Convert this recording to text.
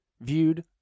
viewed